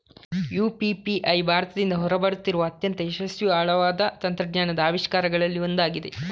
UPI ಭಾರತದಿಂದ ಹೊರ ಬರುತ್ತಿರುವ ಅತ್ಯಂತ ಯಶಸ್ವಿ ಆಳವಾದ ತಂತ್ರಜ್ಞಾನದ ಆವಿಷ್ಕಾರಗಳಲ್ಲಿ ಒಂದಾಗಿದೆ